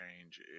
change